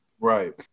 right